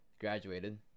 graduated